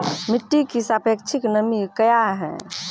मिटी की सापेक्षिक नमी कया हैं?